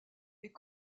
est